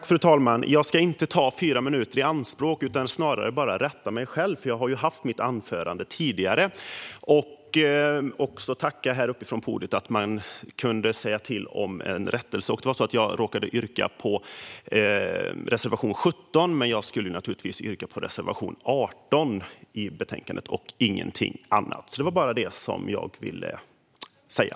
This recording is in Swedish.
Fru talman! Jag ska inte ta fyra minuter i anspråk utan bara rätta mig själv, för jag har ju haft mitt anförande tidigare. Jag vill också tacka för att jag kunde säga till om en rättelse. Jag råkade yrka bifall till reservation 17, men jag skulle naturligtvis yrka bifall till reservation 18 i betänkandet och ingenting annat. Det var bara detta jag ville säga.